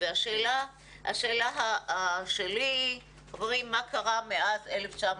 והשאלה שלי חברים היא מה קרה מאז 1996?